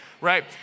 right